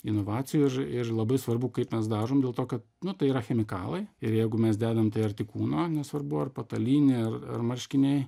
inovacijų ir ir labai svarbu kaip mes dažom dėl to kad nu tai yra chemikalai ir jeigu mes dedam tai arti kūno nesvarbu ar patalynė ar ar marškiniai